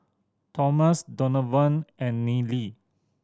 Thomas Donavon and Neely